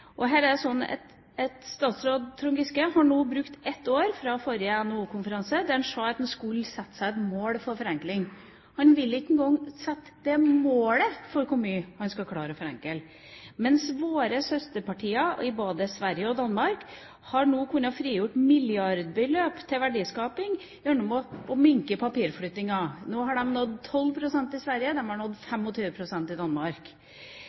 Statsråd Trond Giske har nå brukt ett år, fra forrige NHO-konferanse, der han sa at han skulle sette seg et mål for forenkling. Han vil ikke engang sette det målet for hvor mye han skal klare å forenkle, mens våre søsterpartier i både Sverige og Danmark nå har kunnet frigjøre milliardbeløp til verdiskaping gjennom å minske papirflyttingen. Nå har de nådd 12 pst. i Sverige, og de har nådd 25 pst. i Danmark,